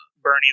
Bernie